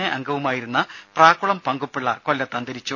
M അംഗവുമായിരുന്ന പ്രാക്കുളം പങ്കുപ്പിള്ള കൊല്ലത്ത് അന്തരിച്ചു